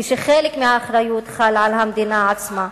כשחלק מהאחריות חלה על המדינה עצמה.